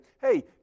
Hey